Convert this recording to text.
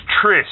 Tris